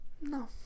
no